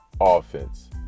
offense